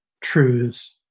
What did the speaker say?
truths